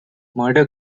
murder